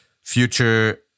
future